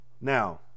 Now